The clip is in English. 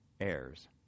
heirs